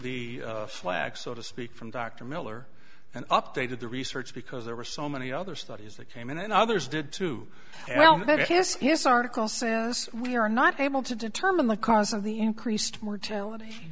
the flak so to speak from dr miller and updated the research because there were so many other studies that came in and others did too well maybe his his article says we are not able to determine the cause of the increased mortality